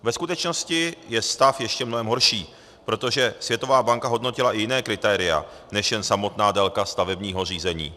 Ve skutečnosti je stav ještě mnohem horší, protože Světová banka hodnotila i jiná kritéria než jen samotnou délku stavebního řízení.